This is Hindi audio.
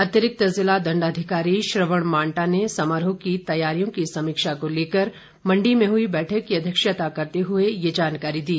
अतिरिक्त जिला दण्डाधिकारी श्रवण मांटा ने समारोह की तैयारियों की समीक्षा को लेकर मण्डी में हुई बैठक की अध्यक्षता करते हुए ये जानकारी दी